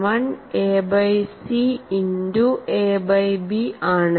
11 A by C into A by B ആണ്